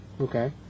Okay